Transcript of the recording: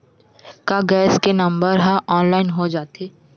का गैस के नंबर ह ऑनलाइन हो जाथे?